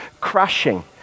crashing